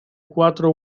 cuatro